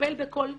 ולטפל בכל תלונה.